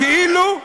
כאילו,